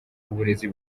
uburezi